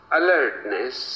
alertness